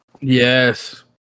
Yes